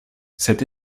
cette